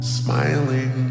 smiling